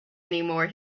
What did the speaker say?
anymore